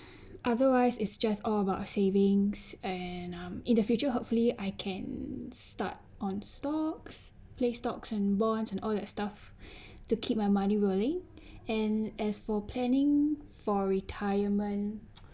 otherwise it's just all about savings and um in the future hopefully I can start on stocks play stocks and bonds and all that stuff to keep my money rolling and as for planning for retirement